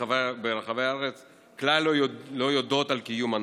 ברחבי הארץ כלל לא יודעות על קיום הנוהל.